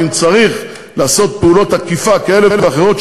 ואם צריך לעשות פעולות אכיפה כאלה ואחרות,